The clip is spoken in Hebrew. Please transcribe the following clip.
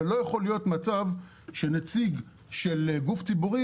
ולא יכול להיות מצב שנציג של גוף ציבורי